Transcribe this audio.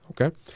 Okay